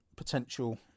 potential